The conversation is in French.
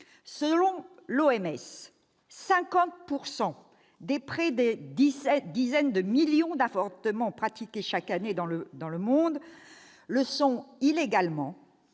santé, l'OMS, 50 % des dizaines de millions d'avortements pratiqués chaque année dans le monde le sont illégalement,